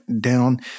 down